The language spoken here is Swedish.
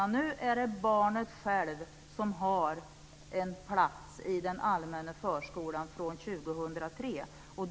Nu är det barnet självt som har en plats i den allmänna förskolan från år 2003.